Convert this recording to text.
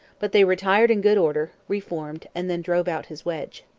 but they retired in good order, re-formed, and then drove out his wedge.